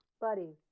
Buddy